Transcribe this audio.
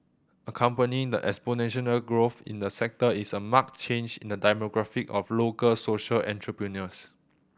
accompanying the exponential growth in the sector is a marked change in the demographic of local social entrepreneurs